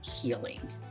healing